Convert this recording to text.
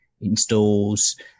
installs